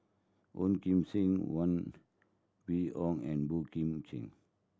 Ong Kim Seng Huang Wenhong and Boey Kim Cheng